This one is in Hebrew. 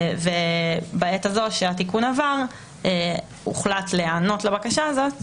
בעת הזו שהתיקון עבר הוחלט להיענות לבקשה הזאת